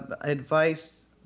advice